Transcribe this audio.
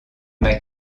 m’a